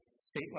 state